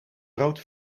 rood